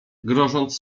grożąc